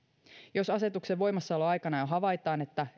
jos asetuksen voimassaoloaikana jo havaitaan että